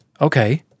Okay